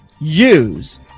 use